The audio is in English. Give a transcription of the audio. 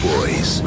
Boys